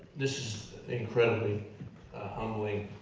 this is incredibly humbling.